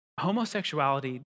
Homosexuality